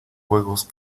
juegos